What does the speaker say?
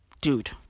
Dude